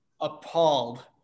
appalled